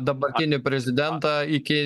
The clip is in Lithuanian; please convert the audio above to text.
dabartinį prezidentą iki